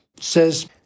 says